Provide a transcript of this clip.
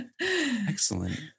Excellent